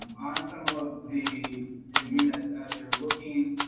on some of the the units as you're looking,